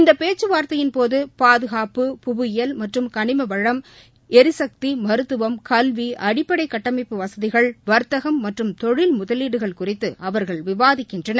இந்த பேச்சுவார்த்தையின்போது பாதுகாப்பு புவியியல் மற்றும் கனிம வளம் எரிசக்தி மருத்துவம் கல்வி அடிப்படை கட்டமைப்பு வசதிகள் வர்த்தகம் மற்றும் தொழில் முதலீடுகள் குறித்து அவர்கள் விவாதிக்கின்றனர்